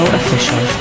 official